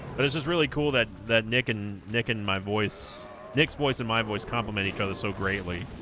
this is really cool that that nick and nick and my voice nick's voice and my voice complement each other so greatly